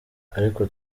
ariko